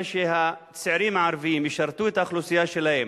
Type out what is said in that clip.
שהצעירים הערבים ישרתו את האוכלוסייה שלהם,